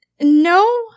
No